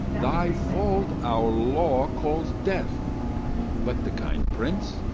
thy fault our law calls death but the kind prince,